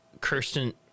Kirsten